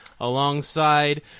Alongside